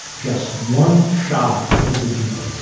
just one shy of the beatles